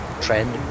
trend